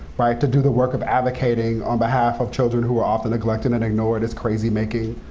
to do the work of advocating on behalf of children who are often neglected and ignored is crazy-making.